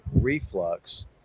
reflux